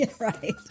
Right